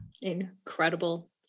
Incredible